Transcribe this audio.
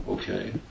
Okay